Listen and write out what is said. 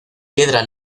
piedra